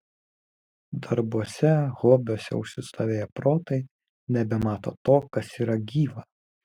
darbuose hobiuose užsistovėję protai nebemato to kas yra gyva